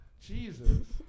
Jesus